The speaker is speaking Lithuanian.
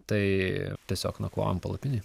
tai tiesiog nakvojom palapinėj